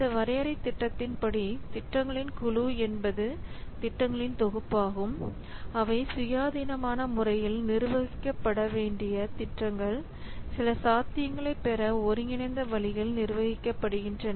இந்த வரையறைத் திட்டத்தின்படி திட்டங்களின் குழு என்பது திட்டங்களின் தொகுப்பாகும் அவை சுயாதீனமான முறையில் நிர்வகிக்கப்பட வேண்டிய திட்டங்கள் சில சாத்தியங்களைப் பெற ஒருங்கிணைந்த வழியில் நிர்வகிக்கப்படுகின்றன